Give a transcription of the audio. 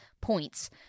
points